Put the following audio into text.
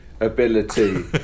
ability